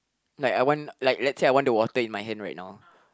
like I want let's say I want the water in my hand right now